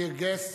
Dear guests,